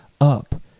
up